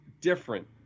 different